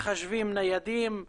מחשבים ניידים.